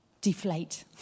deflate